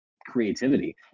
creativity